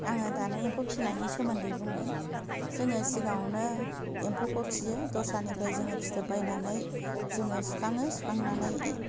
आङो दानो एम्फौ फिनायनि सोमोन्दै बुंगोन जोङो सिगाङावनो एम्फौखौ फियो दस्रानिफ्राय जोङो फिथोब बायनानै जोङो सुखाङो सुखांनानै